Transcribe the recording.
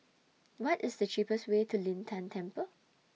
What IS The cheapest Way to Lin Tan Temple